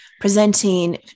presenting